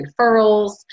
referrals